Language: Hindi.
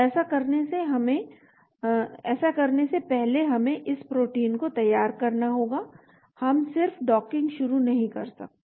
ऐसा करने से पहले हमें इस प्रोटीन को तैयार करना होगा हम सिर्फ डॉकिंग शुरू नहीं कर सकते